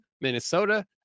Minnesota